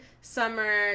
summer